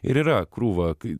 ir yra krūva kai